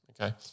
Okay